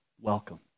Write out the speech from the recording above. welcome